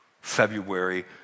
February